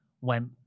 went